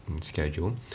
schedule